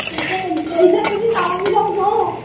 okay पयता तुमी सांगूंक जाय न्हू